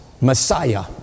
Messiah